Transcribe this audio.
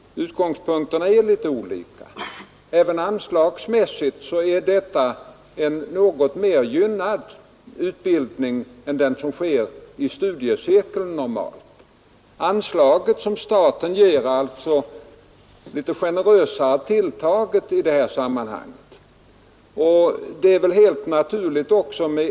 Utgångspunkterna är litet olika. Även anslagsmässigt är undervisningen för invandrare en något mer gynnad utbildning än den som normalt sker i studiecirkeln — anslaget från staten är bl.a. litet generösare tilltaget. Det är väl helt naturligt att det kan vara skillnader.